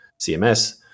CMS